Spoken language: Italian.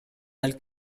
del